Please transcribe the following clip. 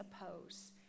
oppose